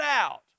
out